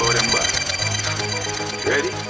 Ready